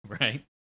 Right